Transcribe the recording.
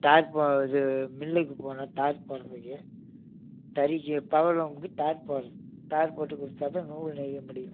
தார் இது மில்லுக்கு போனேன் தார் போடுகிறதுக்கு தறிக்கு பவர்லூம்க்கு தார் போடுறது தார் போட்டு கொடுத்தாதான் நூல் நெய்ய முடியும்